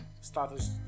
status